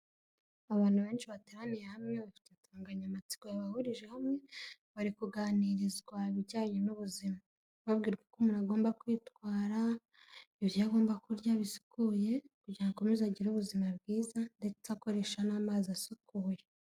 Abantu benshi bateraniye hamwe bafite insanganyamatsiko yabahurije hamwe, bari kuganirizwa ibijyanye n'ubuzima, babwirwa uko umuntu agomba kwitwara, ibyo agomba kurya bisukuye kugira ngo akomeze agire ubuzima bwiza ndetse akoresha n'amazi asukuye.